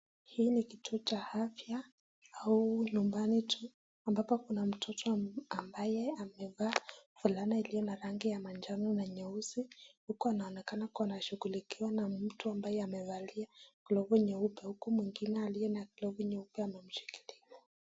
Hii ni kituo cha afya au nyumbani tu ambapo kuna mtoto ambaye amevaa fulana iliyo na rangi ya manjano na nyeusi huku anaonekana akiwa anashughulikiwa na mtu amabye amevalia glovu nyeupe huku mwingine aliye na glovu nyeupe anamshikilia.